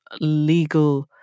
legal